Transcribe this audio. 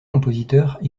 compositeurs